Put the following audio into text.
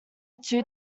two